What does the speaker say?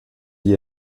die